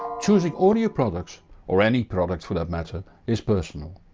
choosing audio products or any product for that matter is personal.